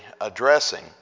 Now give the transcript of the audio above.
addressing